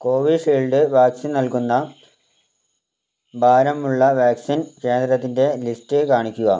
Covishield vaccine നൽകുന്ന ഭാരമുള്ള vaccine കേന്ദ്രത്തിൻ്റെ ലിസ്റ്റ് കാണിക്കുക